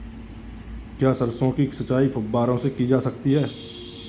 क्या सरसों की सिंचाई फुब्बारों से की जा सकती है?